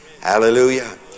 Hallelujah